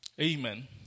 Amen